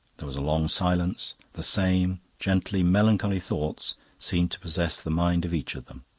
there was a long silence the same gently melancholy thoughts seemed to possess the mind of each of them.